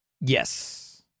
Yes